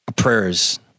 Prayers